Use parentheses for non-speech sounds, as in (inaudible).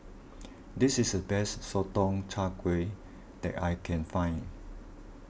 (noise) this is the best Sotong Char Kway that I can find